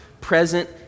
present